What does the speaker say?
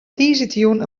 tiisdeitejûn